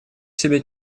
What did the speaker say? себе